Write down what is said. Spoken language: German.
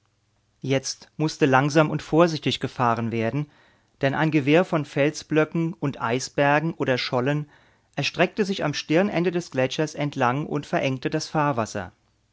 jetzt mußte langsam und vorsichtig gefahren werden denn ein gewirr von felsblöcken und eisbergen oder schollen erstreckte sich am stirnende des gletschers entlang und verengte das fahrwasser